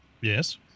Yes